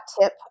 tip